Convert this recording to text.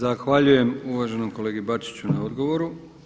Zahvaljujem uvaženom kolegi Bačiću na odgovoru.